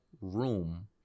room